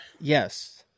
Yes